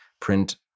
print